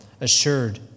assured